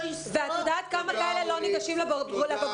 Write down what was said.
את יודעת כמה כאלה לא ניגשים לבגרויות